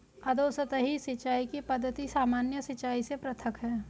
अधोसतही सिंचाई की पद्धति सामान्य सिंचाई से पृथक है